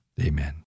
amen